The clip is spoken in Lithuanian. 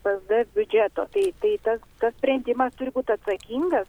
psd biudžeto tai tai tas tas sprendimas turi būt atsakingas